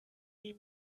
die